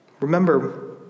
Remember